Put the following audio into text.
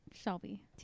Shelby